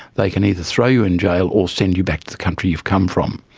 they can either throw you in jail or send you back to the country you've come from.